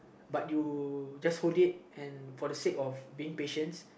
but you just hold it and for the sake of being patience